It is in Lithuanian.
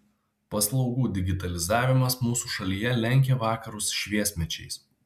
paslaugų digitalizavimas mūsų šalyje lenkia vakarus šviesmečiais